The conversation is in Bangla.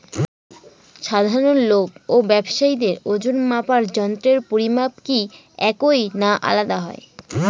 সাধারণ লোক ও ব্যাবসায়ীদের ওজনমাপার যন্ত্রের পরিমাপ কি একই না আলাদা হয়?